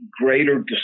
greater